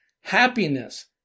Happiness